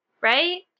right